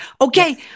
Okay